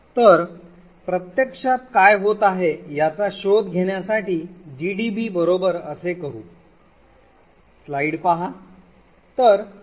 तर प्रत्यक्षात काय होत आहे याचा शोध घेण्यासाठी जीडीबी बरोबर असे करू